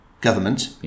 government